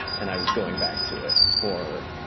and i was going back to it for,